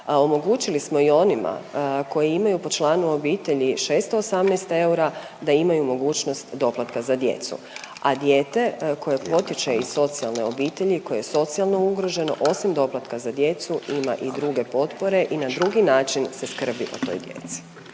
omogućili smo i onima koji imaju po članu obitelji 618 eura, da imaju mogućnost doplatka za djecu, a dijete koje potječe iz socijalne obitelji, koje je socijalno ugroženo, osim doplatka za djecu ima i druge potpore i na drugi način se skrbi o toj djeci.